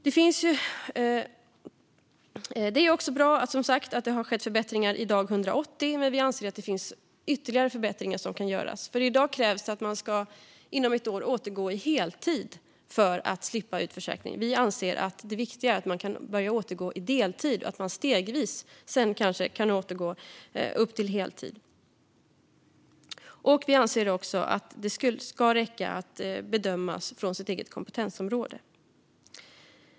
Det är bra, som sagt, att det har skett förbättringar vid dag 180, men vi anser att det finns ytterligare förbättringar som kan göras. I dag krävs det att man inom ett år ska återgå på heltid för att slippa utförsäkring. Vi anser att det viktiga är att man kan börja återgå på deltid och att man stegvis sedan kanske kan gå upp till heltid. Vi anser också att det ska räcka att bedömas utifrån sitt eget kompetensområde.